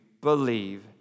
believe